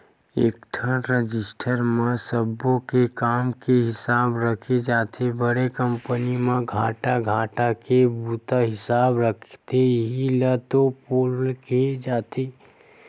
एकठन रजिस्टर म सब्बो के काम के हिसाब राखे जाथे बड़े कंपनी म घंटा घंटा के बूता हिसाब राखथे इहीं ल तो पेलोल केहे जाथे